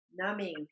Numbing